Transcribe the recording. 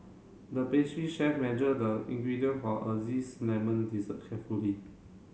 the pastry chef measure the ingredient for a lemon dessert carefully